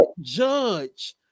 judge